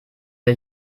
der